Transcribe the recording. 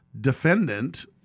defendant